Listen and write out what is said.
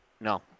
No